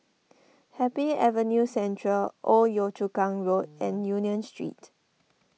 Happy Avenue Central Old Yio Chu Kang Road and Union Street